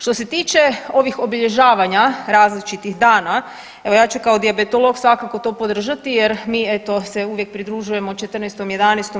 Što se tiče ovih obilježavanja različitih dana, evo ja ću kao dijabetolog svakako to podržati jer mi eto se uvijek pridružujemo 14.11.